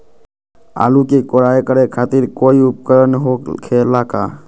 आलू के कोराई करे खातिर कोई उपकरण हो खेला का?